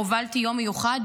הובלתי יום מיוחד,